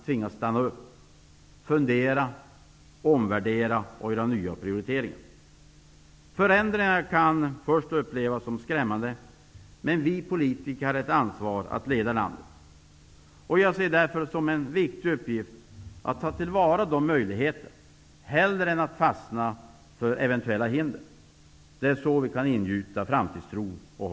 Tillsammans med de åtgärder som föreslogs i budgetpropositionen i januari kan 400 000 människor erbjudas arbete eller utbildning i vårt land. Unga människor, som är på väg ut i sitt yrkesverksamma liv, har i dag tyvärr svårt att finna en plats på den ordinarie arbetsmarknaden.